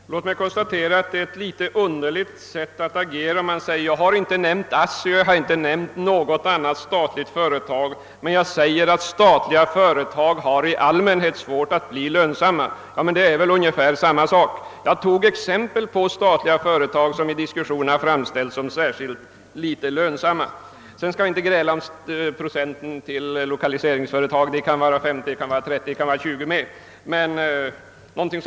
Herr talman! Låt mig konstatera ait det är ett något underligt sätt att agera att säga att man inte har nämnt ASSI eller något annat statligt företag utan bara sagt att statliga företag i allmänhet har svårt att bli lönsamma. Det är väl ungefär samma sak? Jag tog exempel på statliga företag som i diskussionen särskilt har framställts som föga lönsamma. Vi skall inte gräla om procenten till lokaliseringsföretag, den kan vara 50 eller 30 eller t.o.m. bara 20.